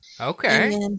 Okay